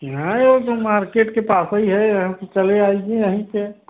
हाँ यह तो मार्केट के पास ही है यहाँ से चले आइए यहीं पर